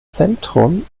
zentrum